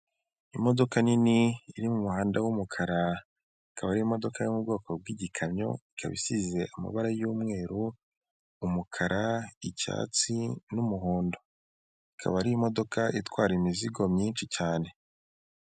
Imodoka nini iri mumuhanda w'umukara ikaba ari imodoka yo mu bwoko bw'igikamyo, ikaba isize amabara y'umweru umukara icyatsi n'umuhondo, ikaba ari imodoka itwara imizigo myinshi cyane.